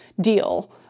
deal